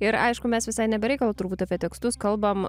ir aišku mes visai ne be reikalo turbūt apie tekstus kalbam